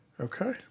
Okay